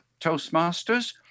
Toastmasters